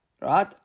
right